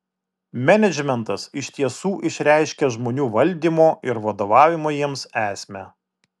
menedžmentas iš tiesų išreiškia žmonių valdymo ir vadovavimo jiems esmę